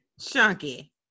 Chunky